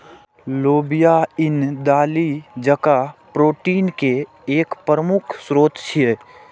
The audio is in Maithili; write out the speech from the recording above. लोबिया ईन दालि जकां प्रोटीन के एक प्रमुख स्रोत छियै